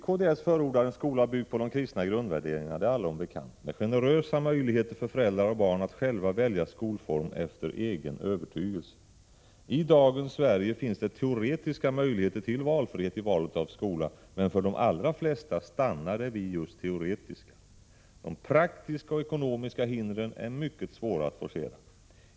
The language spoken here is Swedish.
Kds förordar en skola byggd på de kristna grundvärderingarna, det är allom bekant, med generösa möjligheter för föräldrar och barn att själva välja skolform efter egen övertygelse. I dagens Sverige finns det teoretiska möjligheter till valfrihet i valet av skola, men för de allra flesta stannar det vid just teoretiska möjligheter. De praktiska och ekonomiska hindren är mycket svåra att forcera.